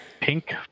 pink